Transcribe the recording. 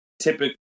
typically